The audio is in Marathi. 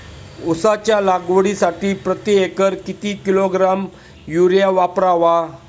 उसाच्या लागवडीसाठी प्रति एकर किती किलोग्रॅम युरिया वापरावा?